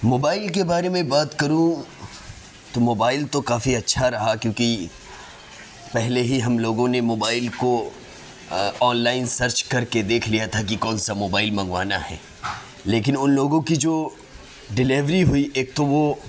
mobile کے بارے میں بات کروں تو موبائل تو کافی اچھا رہا کیونکہ پہلے ہی ہم لوگوں نے موبائل کو آنلائن سرچ کر کے دیکھ لیا تھا کہ کون سا موبائل منگوانا ہے لیکن ان لوگوں کی جو ڈیلیوری ہوئی ایک تو وہ